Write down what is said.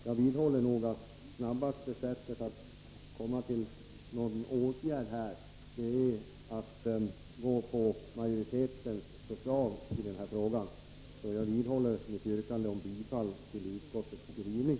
Jag vidhåller att det snabbaste sättet att åstadkomma någonting är att stödja majoritetens förslag i den här frågan. Jag vidhåller mitt yrkande om bifall till utskottets skrivning.